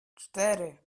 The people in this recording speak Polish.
cztery